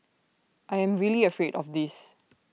I am really afraid of this